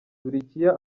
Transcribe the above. turukiya